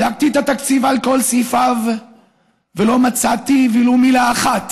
בדקתי את התקציב על כל סעיפיו ולא מצאתי ולו מילה אחת